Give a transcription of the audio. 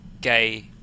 gay